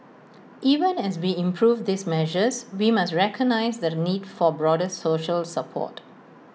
even as we improve these measures we must recognise the need for broader social support